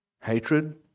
hatred